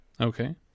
Okay